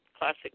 classic